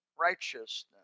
righteousness